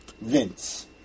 Vince